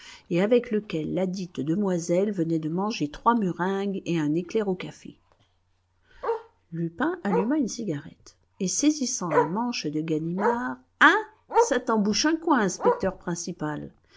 et avec lequel ladite demoiselle venait de manger trois meringues et un éclair au café lupin alluma une cigarette et saisissant la manche de ganimard hein ça t'en bouche un coin inspecteur principal